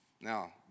Now